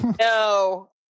No